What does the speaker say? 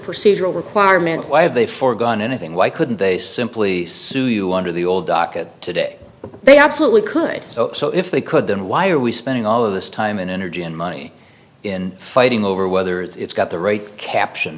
procedure requirements why have they forgotten anything why couldn't they simply sue you under the old docket today they absolutely could so if they could then why are we spending all of this time and energy and money in fighting over whether it's got the right caption